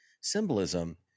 symbolism